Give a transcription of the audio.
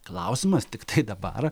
klausimas tai dabar